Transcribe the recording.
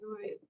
right